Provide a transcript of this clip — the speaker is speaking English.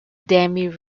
demi